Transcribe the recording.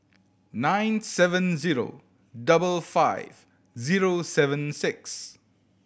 nine seven zero double five zero seven six